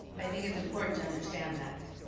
i think it's important to understand that.